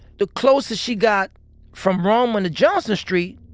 the closer she got from roman to johnson street,